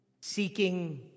Seeking